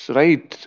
right